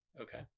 Okay